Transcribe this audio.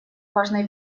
важной